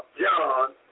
John